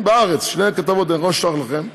בהארץ, שתי כתבות, אני יכול לשלוח לכם.